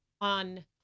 on